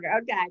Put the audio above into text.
Okay